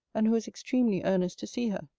and who was extremely earnest to see her.